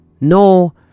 no